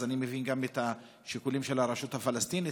אני מבין גם את השיקולים של הרשות הפלסטינית,